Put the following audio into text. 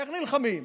איך נלחמים?